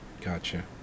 Gotcha